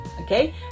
okay